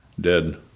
dead